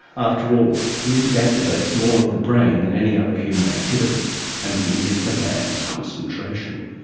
after all music activates more of the brain than any other human activity and music demands concentration.